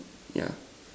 ya